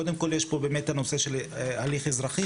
קודם כל יש פה את הנושא של הליך אזרחי,